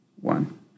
one